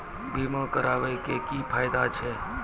बीमा कराबै के की फायदा छै?